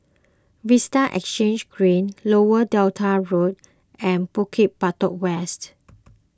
Vista Exhange Green Lower Delta Road and Bukit Batok West